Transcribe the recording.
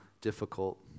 difficult